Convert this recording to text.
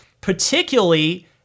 particularly